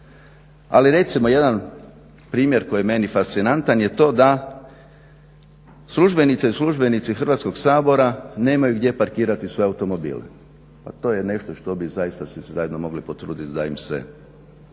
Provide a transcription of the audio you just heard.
Ali recimo jedan primjer koji je meni fascinantan je to da službenice i službenici Hrvatskog sabora nemaju gdje parkirati svoje automobile. Pa to je nešto što bi zaista se mogli potrudit da im se